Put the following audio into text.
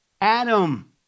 Adam